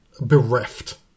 bereft